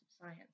science